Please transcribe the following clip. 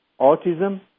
autism